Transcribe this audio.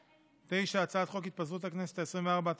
9. הצעת חוק התפזרות הכנסת העשרים-וארבע,